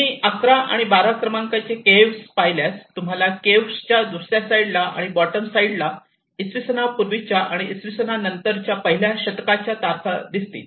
तुम्ही 11 आणि 12 क्रमांकाचे केव्ह पाहिल्यास तुम्हाला केव्हच्या दुसऱ्या साईडला आणि बॉटम साईडला इसवी सन वर्षांपूर्वी च्या आणि इसवी सन नंतरच्या पहिल्या शतकाच्या तारखा दिसतील